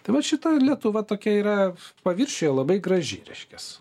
tai va šita lietuva tokia yra paviršiuje labai graži reiškias